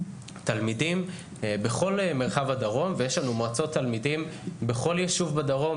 תלמידים בכל מרחב הדרום ויש לנו מועצות תלמידים בכל יישוב בדרום,